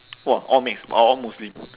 !wah! all mixed all all muslim